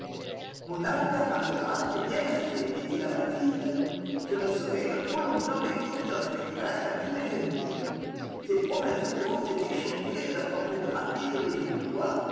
mon avocat parlera c'est bien assez dit-il à mathilde je ne serai que trop longtemps exposé en spectacle à tous mes ennemis ces provinciaux ont été choqués de la fortune rapide que je vous dois